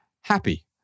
happy